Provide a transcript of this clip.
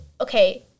okay